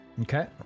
Okay